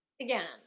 Again